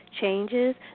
Changes